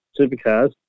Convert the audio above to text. supercars